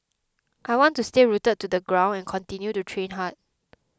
I want to stay rooted to the ground and continue to train hard